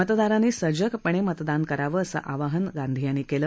मतदारांनी सजगपणे मतदान करावं असं आवाहन गांधी यांनी केलं